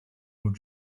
would